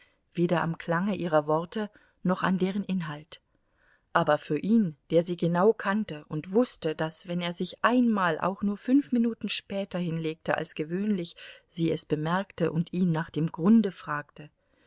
weder am klange ihrer worte noch an deren inhalt aber für ihn der sie genau kannte und wußte daß wenn er sich einmal auch nur fünf minuten später hinlegte als gewöhnlich sie es bemerkte und ihn nach dem grunde fragte